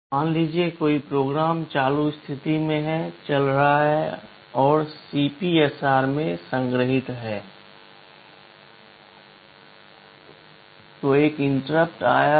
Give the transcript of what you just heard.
मान लीजिए कि कोई प्रोग्राम चालू स्थिति में चल रहा है CPSR में संग्रहीत है तो एक इंटरप्ट आया है